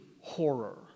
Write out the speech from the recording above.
horror